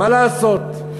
מה לעשות,